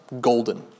golden